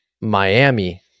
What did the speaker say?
Miami